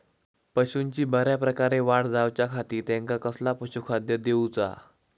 पशूंची बऱ्या प्रकारे वाढ जायच्या खाती त्यांका कसला पशुखाद्य दिऊचा?